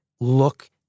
look